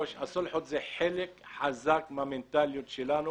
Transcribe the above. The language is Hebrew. הן חלק חזק מהמנטליות שלנו